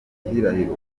gihirahiro